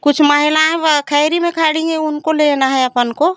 कुछ महिलाएँ वा खैरी में खड़ी हैं उनको लेना है अपन को